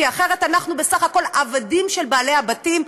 כי אחרת אנחנו בסך הכול עבדים של בעלי הבתים,